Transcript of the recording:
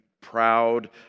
proud